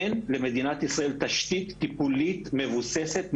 אין למדינת ישראל תשתית טיפולית מבוססת,